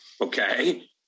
Okay